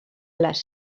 les